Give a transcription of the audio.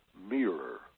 mirror